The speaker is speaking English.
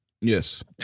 Yes